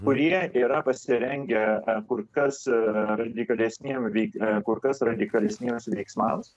kurie yra pasirengę kur kas radikalesniem vei e kur kas radikalesniems veiksmams